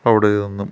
അവിടെയൊന്നും